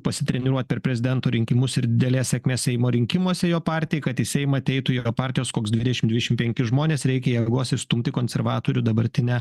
pasitreniruot per prezidento rinkimus ir didelės sėkmės seimo rinkimuose jo partijai kad į seimą ateitų jo partijos koks dvidešim dvidešim penki žmonės reikia jėgos išstumti konservatorių dabartinę